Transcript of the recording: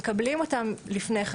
מקבלים אותם לפני כן.